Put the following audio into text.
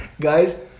Guys